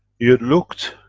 you looked